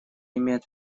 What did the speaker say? имеет